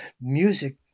music